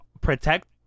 protect